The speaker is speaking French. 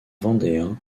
vendéens